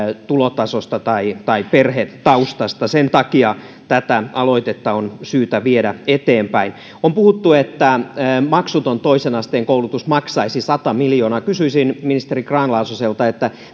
tulotasosta tai tai perhetaustasta sen takia tätä aloitetta on syytä viedä eteenpäin on puhuttu että maksuton toisen asteen koulutus maksaisi sata miljoonaa kysyisin ministeri grahn laasoselta